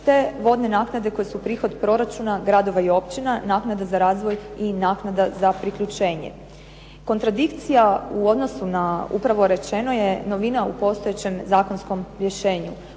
te vodne naknade koje su prihod proračuna gradova i općina, naknada za razvoj i naknada za priključenje. Kontradikcija u odnosu na upravo rečeno je novina u postojećem zakonskom rješenju.